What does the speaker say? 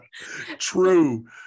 true